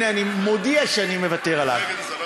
הנה, אני מודיע שאני מוותר עליו.